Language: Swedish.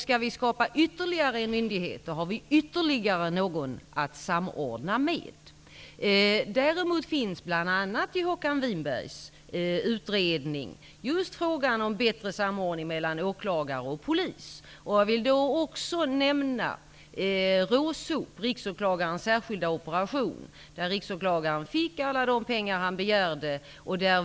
Skulle vi skapa ytterligare en myndighet, får vi ytterligare ett organ att samordna med. Däremot tar Håkan Winberg i sin utredning upp just frågan om en bättre samordning mellan åklagare och polis. Jag vill även nämna det s.k. RÅSOP-projektet, Riksåklagarens särskilda operation, där Riksåklagaren fick alla pengar som han begärde.